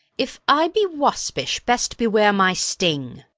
if i be waspish, best beware my sting.